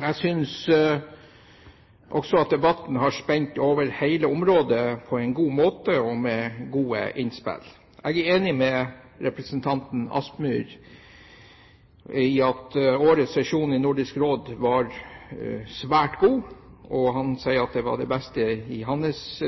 Jeg synes også at debatten har spent over hele området på en god måte, og med gode innspill. Jeg er enig med representanten Kielland Asmyhr i at årets sesjon i Nordisk Råd var svært god. Han sier at det var den beste i løpet av hans